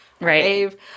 Right